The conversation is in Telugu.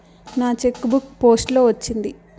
నా చెక్ బుక్ పోస్ట్ లో వచ్చింది